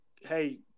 hey